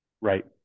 Right